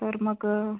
तर मगं